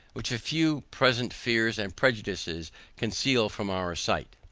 which a few present fears and prejudices conceal from our sight.